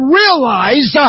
realize